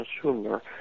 consumer